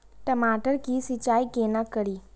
टमाटर की सीचाई केना करी?